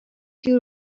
you